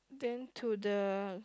then to the